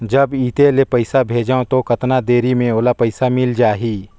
जब इत्ते ले पइसा भेजवं तो कतना देरी मे ओला पइसा मिल जाही?